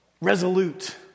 resolute